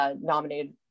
nominated